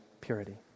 purity